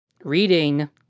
reading